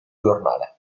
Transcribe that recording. giornale